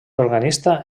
organista